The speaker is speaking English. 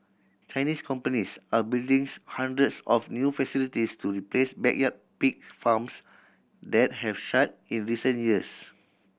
Chinese companies are buildings hundreds of new facilities to replace backyard pig farms that have shut in recent years